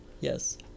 Yes